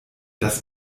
das